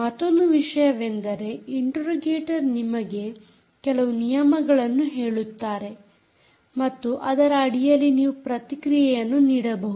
ಮತ್ತೊಂದು ವಿಷಯವೆಂದರೆ ಇಂಟೆರೋಗೇಟರ್ ನಿಮಗೆ ಕೆಲವು ನಿಯಮಗಳನ್ನು ಹೇಳುತ್ತಾರೆ ಮತ್ತು ಅದರ ಅಡಿಯಲ್ಲಿ ನೀವು ಪ್ರತಿಕ್ರಿಯೆಯನ್ನು ನೀಡಬಹುದು